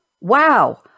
wow